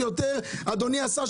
אדוני השר,